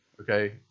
okay